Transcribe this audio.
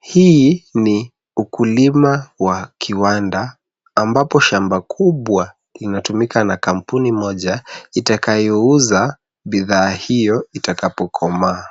Hii ni ukulima wa kiwanda ambapo shamba kubwa inatumika na kampuni moja itakayouza bidhaa hiyo itakapokomaa.